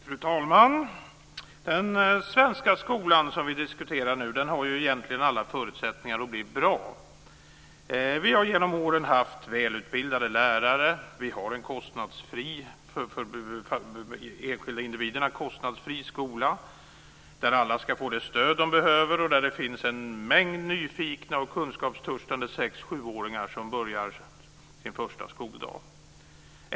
Fru talman! Den svenska skolan som vi diskuterar nu har egentligen alla förutsättningar att bli bra. Vi har genom åren haft välutbildade lärare. Vi har en för de enskilda individerna kostnadsfri skola, där alla ska få det stöd de behöver och där en mängd nyfikna och kunskapstörstande 6-7-åringar börjar sin första skoldag.